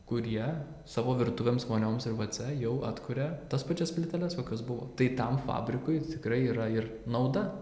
kurie savo virtuvėms vonioms ir vc jau atkuria tas pačias plyteles kokios buvo tai tam fabrikui tikrai yra ir nauda